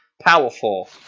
Powerful